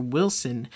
Wilson